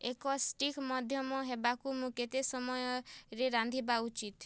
ଏକ ଷ୍ଟିକ୍ ମଧ୍ୟମ ହେବାକୁ ମୁଁ କେତେ ସମୟରେ ରାନ୍ଧିବା ଉଚିତ୍